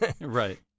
right